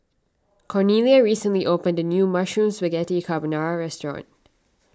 Cornelia recently opened a new Mushroom Spaghetti Carbonara restaurant